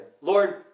Lord